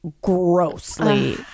grossly